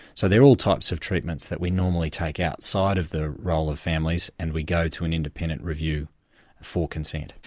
so they're all types of treatments that we normally take outside of the role of families, and we go to an independent review for consent.